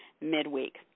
midweek